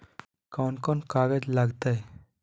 कौन कौन कागज लग तय?